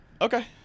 Okay